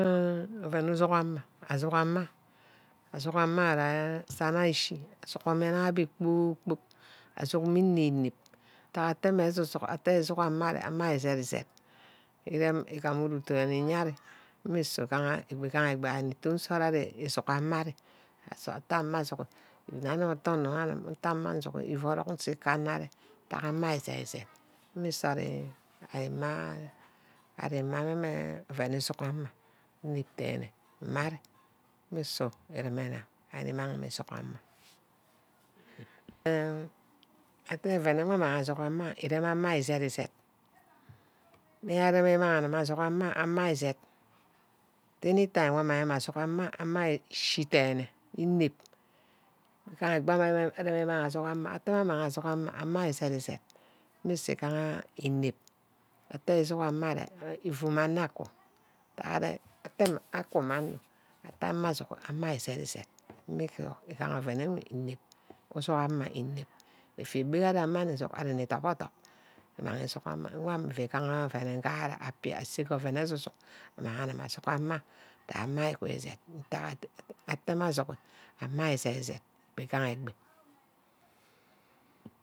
Mmm oven usuhu'ama. ndug amame. asuha amme your ýe san ayo îchi. asumme abe kpor-kpork. asuk mme înep-nep, ntack atte mme asuk-suk. atte mme asusuk ama yor arear amma your îzed-îzed. asuk mme înep-nep. ntack atte mme asusuk ama yor arear amma your îzed-îzed. Érem ígam uru deyne îyari. mmusu ífugaha ton nsort ari suk ama arí nte ama asukhi. nne ite nne anim íte ama nsukhi. íche amam nse kebbe anor arear ntakkha ama your îzed-îzed. mmusu ari-ma arî-ma oven usuk-ama. nwike derne mmari mmusu ereme nna arí emang-me îsuk-amah. enh atte oven wor amang îjug ama your. nirem ama your ízed-ízed areme imang asuk ama your ama your ezed. anytime amang asuk ama your. ama your eshi den-ner înep igaha ekpowor arí ímang asuk ama. eteme amang asuk ama. ama yoor îzed-îzed mmusu îgaha inep atte ísuk ama arear ívom mme eino aku. atte aku mma onor atte ama asukhí aku mme onor ama your ízed-ízed. mmusu ígane oven usuhu'ama înep. efí egb wo je ari ama nni jug. ari nni dop or dop e mag ísughama. wanì ífu ganha oven îgaha appi asa ke oven asu-suk amang agiba asuk ama. ama your íkízed. Ntaiha atte mme asukhi ama your îzed-îzed egbi gaha egbi